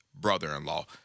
brother-in-law